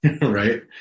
Right